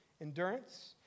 endurance